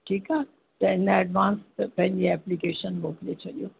ठीकु आहे एडवांस में पहिरीं एप्लीकेशन मोकिले छॾियो